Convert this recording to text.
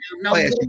No